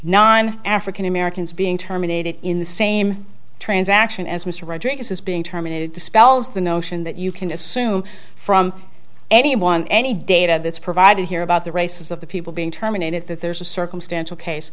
nine african americans being terminated in the same transaction as mr rodriguez is being terminated dispels the notion that you can assume from anyone any data that's provided here about the races of the people being terminated that there's a circumstantial case